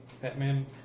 Batman